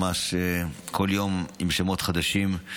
ממש כל יום עם שמות חדשים.